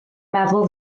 meddwl